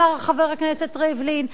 אמר חבר הכנסת ריבלין,